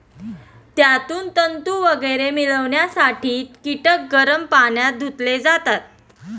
त्यातून तंतू वगैरे मिळवण्यासाठी कीटक गरम पाण्यात धुतले जातात